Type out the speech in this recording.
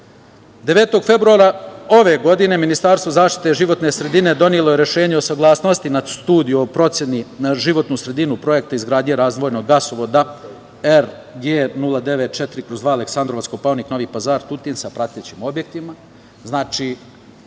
februara ove godine Ministarstvo zaštite životne sredine donelo je rešenje o saglasnosti na Studiju o proceni na životnu sredinu projekta izgradnje razvojnog gasovoda RG094/2 Aleksandrovac-Kopaonik-Novi Pazar-Tutin, sa pratećim objektima.